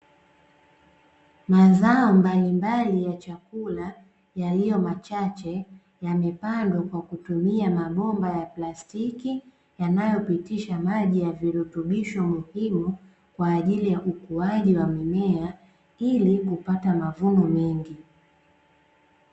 Mazao mbalimbali ya chakula yaliyo machache, yamepandwa kwa kutumia mabomba ya plastiki yanayopitisha maji ya virutubisho muhimu, kwa ajili ya ukuaji wa mimea ili kupata mavuno mengi.